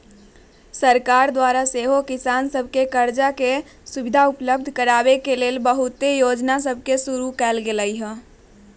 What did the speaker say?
सरकार द्वारा सेहो किसान सभके करजा के सुभिधा उपलब्ध कराबे के लेल बहुते जोजना सभके शुरु कएल गेल हइ